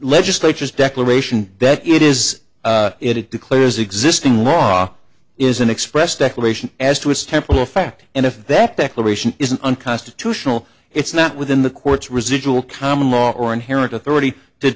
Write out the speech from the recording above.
legislatures declaration that it is it declares existing law is an expressed declaration as to its temple effect and if that declaration isn't unconstitutional it's not within the court's residual common law or inherent authority to